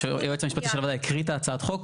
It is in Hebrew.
היועץ המשפטי של הוועדה הקריא את הצעת החוק.